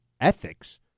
ethics